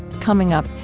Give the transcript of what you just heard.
coming up,